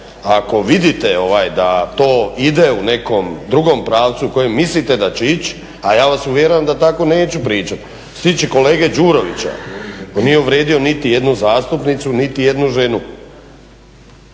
ako vidite da to ide u nekom drugom pravcu u kojem mislite da će ići a ja vas uvjeravam da tako neću pričati. Što se tiče kolege Đurovića on nije uvrijedio niti jednu zastupnicu, niti jednu ženu.